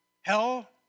hell